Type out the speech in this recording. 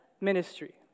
ministry